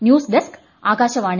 news desk Akashvani